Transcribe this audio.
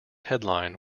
headline